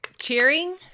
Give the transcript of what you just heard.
Cheering